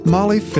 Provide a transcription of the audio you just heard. Molly